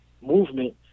movement